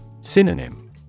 Synonym